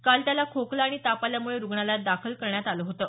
काल त्याला खोकला आणि ताप आल्यामुळे रुग्णालयात दाखल करण्यात आलं होतं